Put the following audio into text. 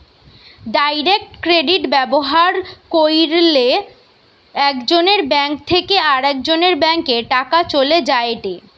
direct credit ব্যবহার কইরলে একজনের ব্যাঙ্ক থেকে আরেকজনের ব্যাংকে টাকা চলে যায়েটে